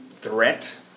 threat